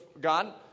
God